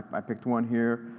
i picked one, here.